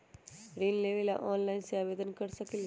ऋण लेवे ला ऑनलाइन से आवेदन कर सकली?